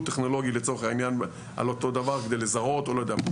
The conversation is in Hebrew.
טכנולוגי על אותו דבר כדי לזהות או לא יודע מה.